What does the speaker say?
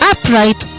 Upright